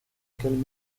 calmer